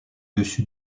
dessus